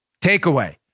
Takeaway